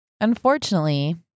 Unfortunately